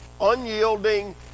unyielding